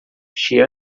she